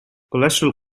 cholesterol